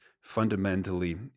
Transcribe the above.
fundamentally